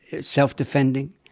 self-defending